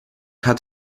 hat